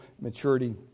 maturity